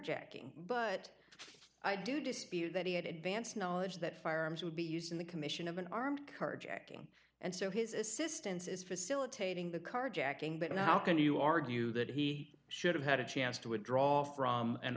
carjacking but i do dispute that he had advance knowledge that firearms would be used in the commission of an armed carjacking and so his assistance is facilitating the carjacking but how can you argue that he should have had a chance to a draw from an